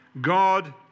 God